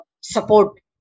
support